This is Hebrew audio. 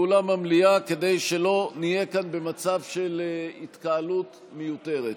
לאולם המליאה כדי שלא נהיה כאן במצב של התקהלות מיותרת.